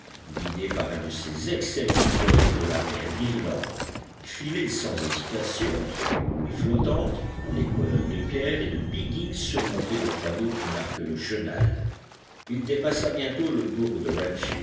guidé par un de ces excellents pilotes de la mer d'irlande filait sans hésitation entre les bouées flottantes les colonnes de pierre et de biggins surmontés de fanaux qui marquent le chenal il dépassa bientôt le bourg de